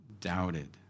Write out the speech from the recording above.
doubted